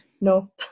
no